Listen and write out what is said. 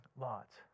lots